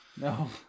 No